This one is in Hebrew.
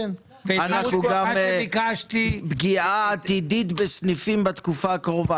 וגם פגיעה עתידית בסניפים בתקופה הקרובה.